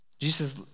Jesus